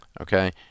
Okay